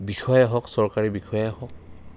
বিষয়াই হওক চৰকাৰী বিষয়াই হওক